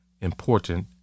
important